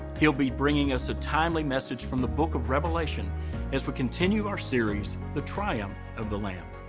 he'll be bringing us a timely message from the book of revelation as we continue our series, the triumph of the lamb.